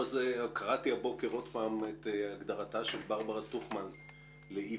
קראתי הבוקר עוד פעם את הגדרתה של ברברה טוכמן לאיוולת.